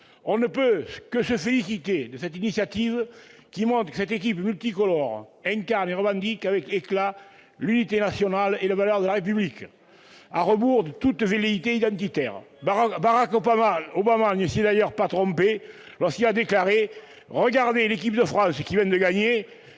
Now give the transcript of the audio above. On ne peut que se féliciter de cette initiative, qui montre que cette équipe multicolore incarne et revendique avec éclat l'unité nationale et les valeurs de la République, à rebours de toute velléité identitaire. Barack Obama ne s'y est d'ailleurs pas trompé lorsqu'il a déclaré :« Regardez l'équipe de France qui vient de